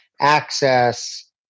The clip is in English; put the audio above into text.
access